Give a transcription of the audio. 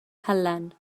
helen